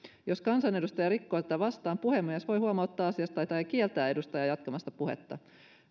jos kansanedustaja rikkoo tätä vastaan puhemies voi huomauttaa asiasta tai tai kieltää edustajaa jatkamasta puhetta